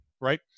right